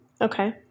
Okay